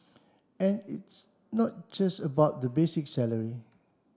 and it's not just about the basic salary